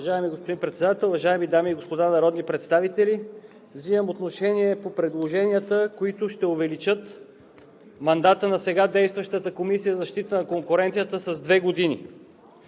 Уважаеми господин Председател, уважаеми дами и господа народни представители! Взимам отношение по предложенията, които ще увеличат мандата на сега действащата Комисия за защита на конкуренцията с две години.